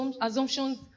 assumptions